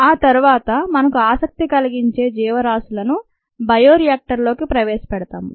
ఆ తర్వాత మనకు ఆసక్తి కలిగించే జీవరాశులను బయోరియాక్టర్లోకి ప్రవేశపెడతాము